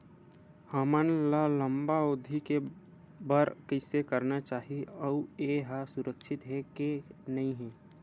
हमन ला लंबा अवधि के बर कइसे करना चाही अउ ये हा सुरक्षित हे के नई हे?